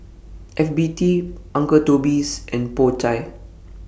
F B T Uncle Toby's and Po Chai